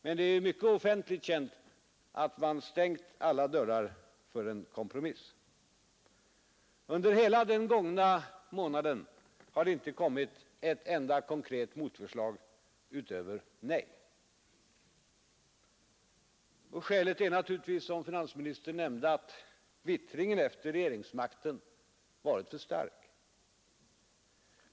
Men det är mycket offentligt känt att oppositionen har stängt alla dörrar för en kompromiss. Under hela den gångna månaden har det inte kommit ett enda konkret motförslag utöver nej. Skälet är, som finansministern nämnde, att vittringen efter regeringsmakten varit för stark.